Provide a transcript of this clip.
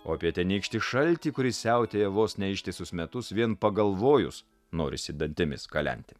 o apie tenykštį šaltį kuris siautėja vos ne ištisus metus vien pagalvojus norisi dantimis kalenti